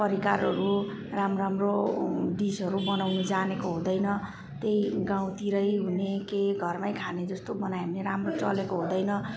परिकारहरू राम्रो राम्रो डिसहरू बनाउनु जानेको हुँदैन त्यही गाउँतिरै हुने केही घरमै खाने जस्तो बनायो भने राम्रो चलेको हुँदैन